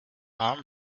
arm